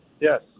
Yes